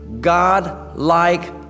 God-like